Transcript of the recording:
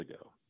ago